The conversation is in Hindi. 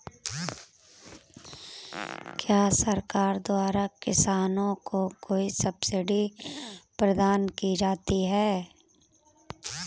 क्या सरकार द्वारा किसानों को कोई सब्सिडी प्रदान की जाती है?